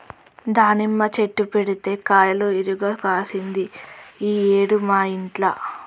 దానిమ్మ చెట్టు పెడితే కాయలు ఇరుగ కాశింది ఈ ఏడు మా ఇంట్ల